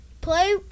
play